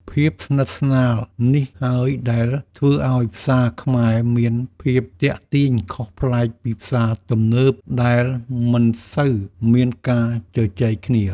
ភាពស្និទ្ធស្នាលនេះហើយដែលធ្វើឱ្យផ្សារខ្មែរមានភាពទាក់ទាញខុសប្លែកពីផ្សារទំនើបដែលមិនសូវមានការជជែកគ្នា។